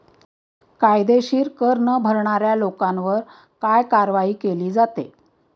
कायदेशीर कर न भरणाऱ्या लोकांवर काय कारवाई केली जाते?